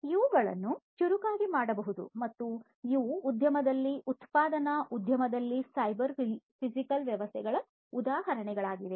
ಇವುಗಳನ್ನು ಚುರುಕಾಗಿ ಮಾಡಬಹುದು ಮತ್ತು ಇವು ಉದ್ಯಮದಲ್ಲಿ ಉತ್ಪಾದನಾ ಉದ್ಯಮದಲ್ಲಿ ಸೈಬರ್ ಫಿಸಿಕಲ್ ವ್ಯವಸ್ಥೆಗಳ ಉದಾಹರಣೆಗಳಾಗಿವೆ